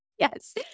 Yes